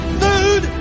food